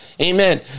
Amen